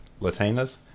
Latinas